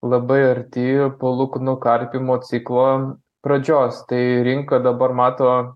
labai arti palūkanų karpymo ciklo pradžios tai rinka dabar mato